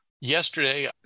yesterday